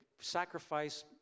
sacrifice